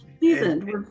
seasoned